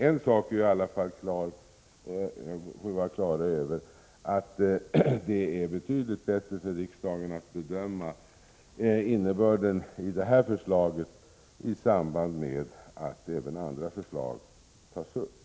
En sak borde vi i alla fall vara på det klara med och det är att det är betydligt bättre för riksdagen att bedöma innebörden i det här förslaget i samband med att andra förslag tas upp.